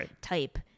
type